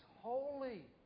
holy